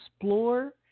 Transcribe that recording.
explore